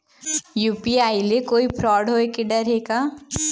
UPI ले कोई fraud होए के डर हे का?